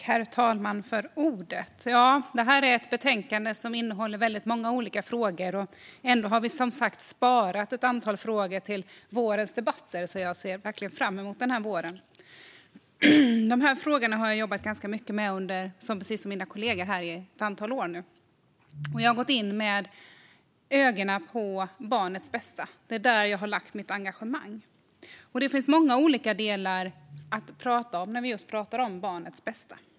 Herr talman! Det här är ett betänkande som innehåller många olika frågor. Som redan har sagts har vi ändå sparat ett antal frågor till vårens debatter, så jag ser verkligen fram emot våren. Jag har jobbat mycket med dessa frågor under ett antal år, precis som mina kollegor, och jag har gått in med ögonen på barnets bästa. Det är där jag har lagt mitt engagemang, och det finns många olika delar att prata om när det gäller barnets bästa.